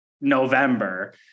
November